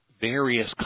various